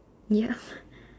yup